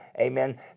amen